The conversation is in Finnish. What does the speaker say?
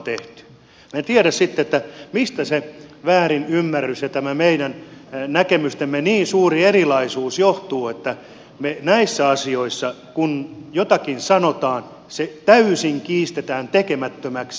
minä en tiedä sitten mistä se väärinymmärrys ja tämä meidän näkemystemme niin suuri erilaisuus johtuvat että kun me näissä asioissa jotakin sanomme se täysin kiistetään tekemättömäksi